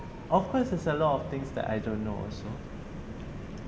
of course there's a lot of things that I don't know also